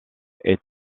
est